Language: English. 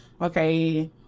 okay